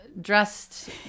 dressed